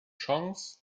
chance